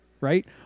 Right